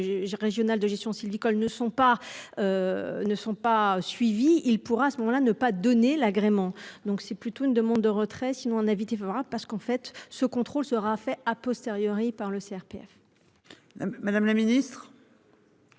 j'régional de gestion sylvicole ne sont pas. Ne sont pas suivis il pourra à ce moment-là ne pas donner l'agrément, donc c'est plutôt une demande de retrait sinon un avis défavorable, parce qu'en fait ce contrôle sera fait a posteriori par le CRPF. Madame la Ministre.